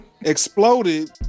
Exploded